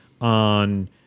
on